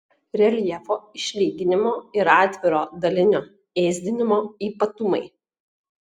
reljefo išlyginimo ir atviro dalinio ėsdinimo ypatumai